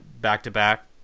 back-to-back